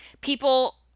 people